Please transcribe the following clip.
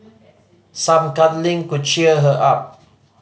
some cuddling could cheer her up